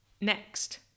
Next